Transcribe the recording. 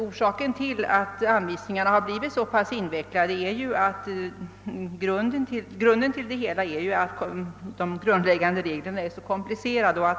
Orsaken till att anvisningarna har blivit så invecklade är naturligtvis att de grundläggande reglerna är komplicerade.